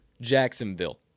Jacksonville